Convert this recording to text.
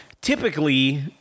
typically